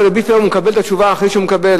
הוא מקבל את התשובה אחרי שהוא מקבל.